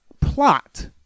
plot